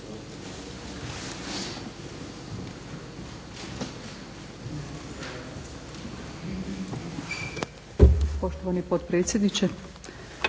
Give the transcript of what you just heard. Poštovani potpredsjedniče,